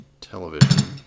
television